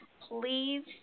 please